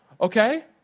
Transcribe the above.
Okay